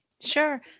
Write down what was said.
sure